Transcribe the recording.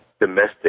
domestic